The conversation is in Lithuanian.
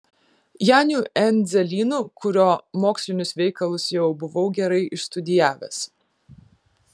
janiu endzelynu kurio mokslinius veikalus jau buvau gerai išstudijavęs